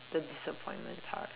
the disappointment part